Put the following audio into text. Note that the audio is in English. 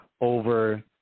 over